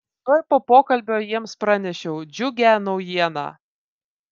tuoj po pokalbio jiems pranešiau džiugią naujieną